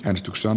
äänestyksen